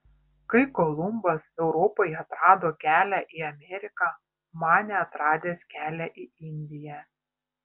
kai kolumbas europai atrado kelią į ameriką manė atradęs kelią į indiją